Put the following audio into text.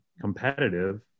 competitive